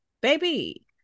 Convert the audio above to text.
baby